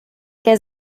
der